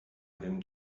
him